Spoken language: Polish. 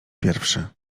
pierwszy